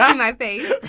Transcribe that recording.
um my face!